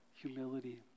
humility